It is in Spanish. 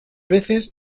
veces